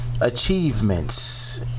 Achievements